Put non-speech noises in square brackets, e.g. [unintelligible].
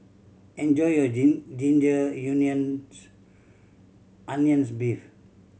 enjoy your [unintelligible] ginger [unintelligible] onions beef